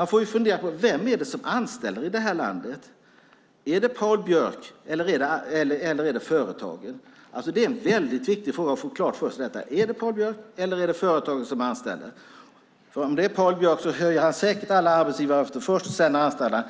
Vi får fundera på detta: Vem är det som anställer i detta land? Är det Patrik Björck eller företagen? Det är väldigt viktigt att få detta klart för sig: Är det Patrik Björck eller företagen som anställer? Om det är Patrik Björck höjer han säkert alla arbetsgivaravgifter först och anställer sedan.